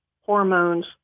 hormones